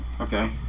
Okay